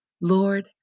Lord